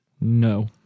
No